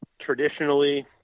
traditionally –